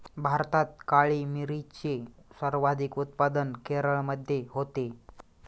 भारतात काळी मिरीचे सर्वाधिक उत्पादन केरळमध्ये होते